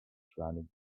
surrounding